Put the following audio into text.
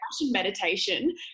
meditation